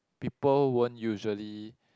people won't usually